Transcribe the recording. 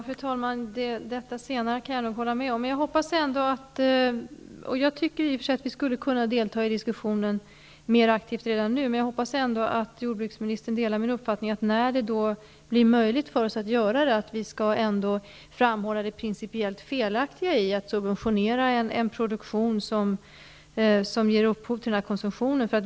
Fru talman! Detta senare kan jag hålla med om. Jag tycker i och för sig att vi skulle kunna delta mer aktivt i diskussionen redan nu, men jag hoppas att jordbruksministern delar min uppfattning att vi när det blir möjligt skall framhålla det principiellt felaktiga i att subventionera en produktion som ger upphov till denna konsumtion.